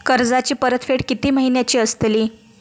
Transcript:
कर्जाची परतफेड कीती महिन्याची असतली?